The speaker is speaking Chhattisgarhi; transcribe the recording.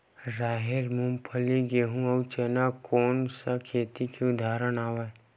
राहेर, मूंगफली, गेहूं, अउ चना कोन सा खेती के उदाहरण आवे?